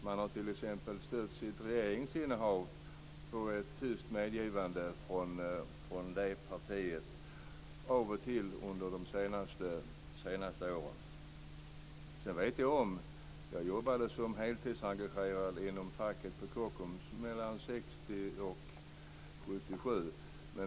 Man har t.ex. stött sitt regeringsinnehav på ett tyst medgivande från det partiet av och till under de senaste åren. Jag jobbade som heltidsengagerad inom facket på Kockums 1960-1977.